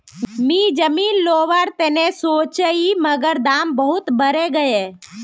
मी जमीन लोवर तने सोचौई मगर दाम बहुत बरेगये